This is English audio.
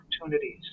opportunities